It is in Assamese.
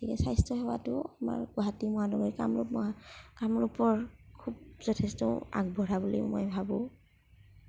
গতিকে স্বাস্থ্য সেৱাটোও আমাৰ গুৱাহাটী মহানগৰীৰ কামৰূপ মহা কামৰূপৰ খুব যথেষ্ট আগবঢ়া বুলি ভাবোঁ